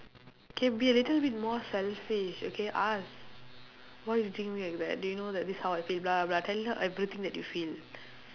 can be a little bit more selfish okay ask why you treating me like that do you know that this is how I feel blah blah blah tell her everything that you feel